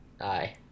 Aye